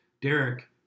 Derek